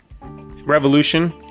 Revolution